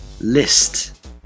List